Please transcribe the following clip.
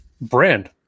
brand